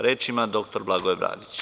Reč ima dr Blagoje Bradić.